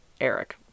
Eric